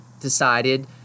decided